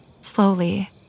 Slowly